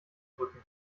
drücken